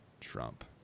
Trump